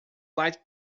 light